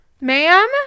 Ma'am